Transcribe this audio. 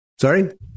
Sorry